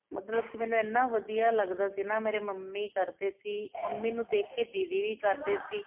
ਮਤਲਬ ਕੀ ਮੈਨੂੰ ਐਨਾ ਵਧੀਆ ਲੱਗਦਾ ਸੀ ਨਾ ਮੇਰੇ ਮੰਮੀ ਕਰਦੇ ਸੀ ਮੰਮੀ ਨੂੰ ਦੇਖ ਕੇ ਦੀਦੀ ਵੀ ਕਰਦੇ ਸੀ